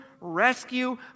rescue